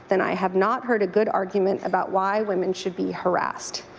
then i have not heard a good argument about why women should be harrassed.